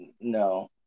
No